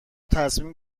تصمیم